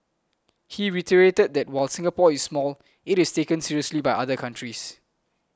he reiterated that while Singapore is small it is taken seriously by other countries